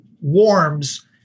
warms